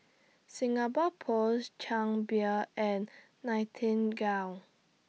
Singapore Post Chang Beer and Nightingale